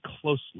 closely